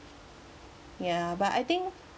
ya but I think